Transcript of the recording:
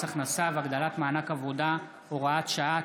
הכנסה והגדלת מענק עבודה (הוראת שעה),